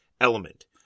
element